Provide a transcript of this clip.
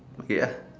okay ya